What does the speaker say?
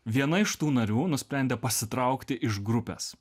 viena iš tų narių nusprendė pasitraukti iš grupės